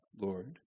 Lord